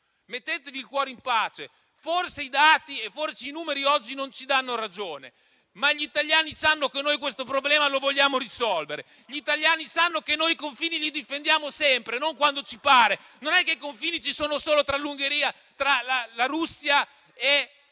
mettetevi il cuore in pace. Forse i dati e i numeri oggi non ci danno ragione, ma gli italiani sanno che questo problema lo vogliamo risolvere. Gli italiani sanno che i confini li difendiamo sempre, non quando ci pare. Non è che i confini ci sono solo tra l'Ungheria o tra la Russia e l'Ucraina: